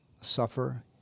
suffer